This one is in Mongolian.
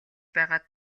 байгаад